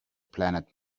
planet